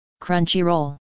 Crunchyroll